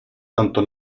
tanto